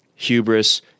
hubris